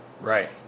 Right